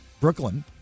Brooklyn